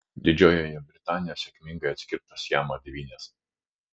didžiojoje britanijoje sėkmingai atskirtos siamo dvynės